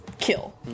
kill